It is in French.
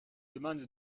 demande